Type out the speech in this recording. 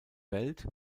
welt